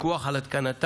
פיקוח על התקנתה,